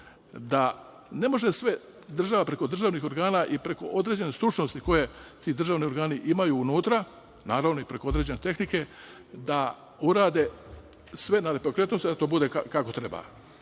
da ne može sve preko državnih organa i preko određene stručnosti koje ti državni organi imaju unutra, naravno i preko određene tehnike, da urade sve na nepokretnosti da to bude kako treba.